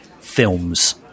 films